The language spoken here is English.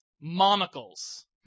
monocles